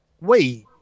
Wait